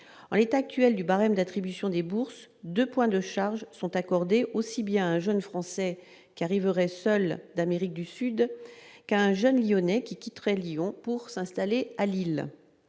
en l'état actuel du barème d'attribution des bourses, 2 points de charge sont accordées aussi bien un jeune Français qui arriveraient seuls d'Amérique du Sud, qu'un jeune Lyonnais quitterait Lyon pour s'installer à Lille